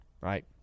right